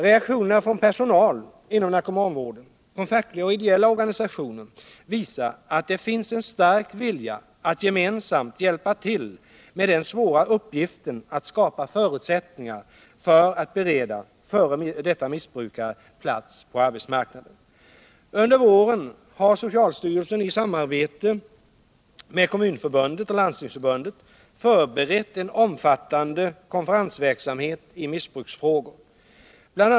Reaktionerna från personal inom narkomanvården, från fackliga och ideella organisationer visar att det finns en stark vilja att gemensamt hjälpa till med den svåra uppgiften att skapa förutsättningar för att bereda f.d. missbrukare plats på arbetsmarknaden. Under våren har socialstyrelsen i samarbete med Kommunförbundet och Landstingsförbundet förberett en omfattande konferensverksamhet i missbruksfrågor. Bl.